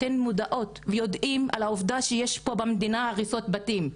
אתן מודעות ומודעים לעובדה שיש פה במדינה הריסות בתים,